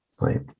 right